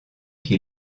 qui